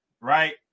right